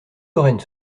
lorraine